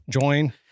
join